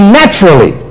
naturally